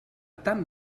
tan